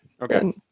okay